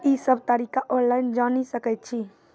ई सब तरीका ऑनलाइन जानि सकैत छी?